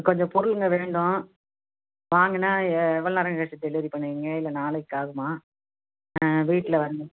கொஞ்சம் பொருளுங்க வேண்டும் வாங்கினா ஏ எவ்வளோ நேரம் கழிச்சி டெலிவரி பண்ணுவீங்க இல்லை நாளைக்கு ஆகுமா வீட்டில் வந்து